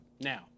Now